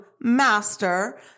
master